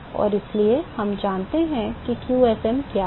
और इसलिए हम जानते हैं कि qsm क्या है